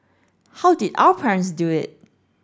how did our parents do it